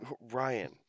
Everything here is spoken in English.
Ryan